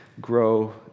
grow